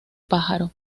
pájaro